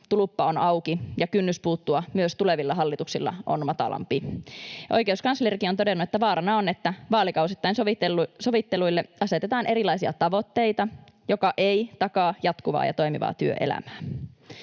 tulppa on auki ja kynnys puuttua myös tulevilla hallituksilla on matalampi. Oikeuskanslerikin on todennut, että vaarana on, että vaalikausittain sovitteluille asetetaan erilaisia tavoitteita, mikä ei takaa jatkuvaa ja toimivaa työelämää.